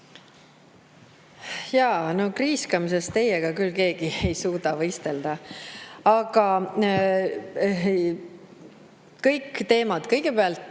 Jaa, no kriiskamises teiega küll keegi ei suuda võistelda. Aga kõik need teemad … Kõigepealt,